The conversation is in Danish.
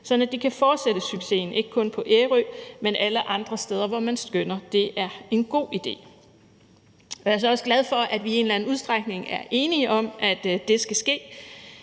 at de kan fortsætte succesen ikke kun på Ærø, men alle andre steder, hvor man skønner at det er en god idé. Og jeg er altså også glad for, at vi i en eller anden udstrækning er enige om, at det skal ske.